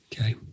okay